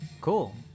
Cool